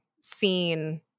seen